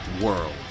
World